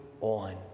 on